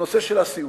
נושא הסיעוד.